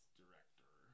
director